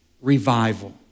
Revival